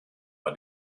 bei